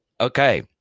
Okay